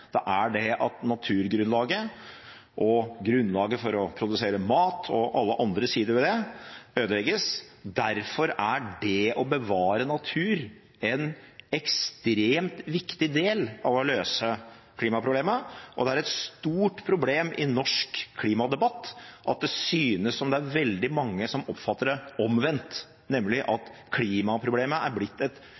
det at naturgrunnlaget og grunnlaget for å produsere mat, og alle andre sider ved det, ødelegges. Derfor er det å bevare natur en ekstremt viktig del av å løse klimaproblemet. Det er et stort problem i norsk klimadebatt at det synes som om veldig mange oppfatter det omvendt, nemlig at klimaproblemet er blitt et